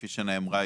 כפי שנאמרה,